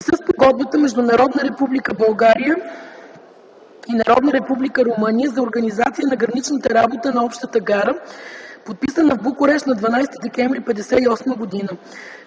Спогодбата между Народна република България и Народна република Румъния за организация на граничната работа на общата гара, подписана в Букурещ на 12 декември 1958 г.